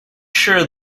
sure